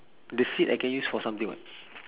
the seed I can use for something [what]